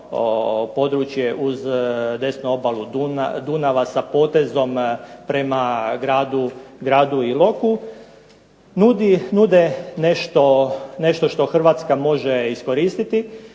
područje uz desnu obalu Dunava na potezu prema gradu Iloku, nude nešto što Hrvatska može iskoristiti.